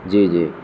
جی جی